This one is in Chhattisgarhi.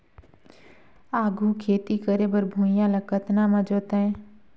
आघु खेती करे बर भुइयां ल कतना म जोतेयं?